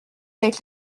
avec